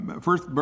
First